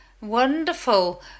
Wonderful